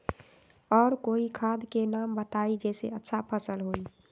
और कोइ खाद के नाम बताई जेसे अच्छा फसल होई?